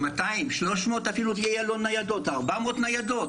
נניח ויהיו לו אפילו 300 - 400 ניידות,